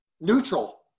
neutral